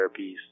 therapies